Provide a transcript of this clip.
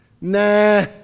Nah